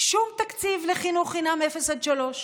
שום תקציב לחינוך חינם מאפס עד שלוש.